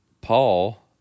Paul